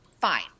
fine